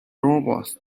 robbers